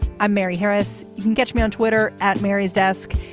i'm mary harris. you can catch me on twitter at mary's desk.